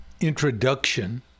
introduction